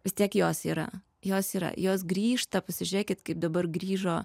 vis tiek jos yra jos yra jos grįžta pasižiūrėkit kaip dabar grįžo